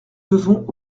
devons